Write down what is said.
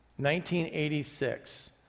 1986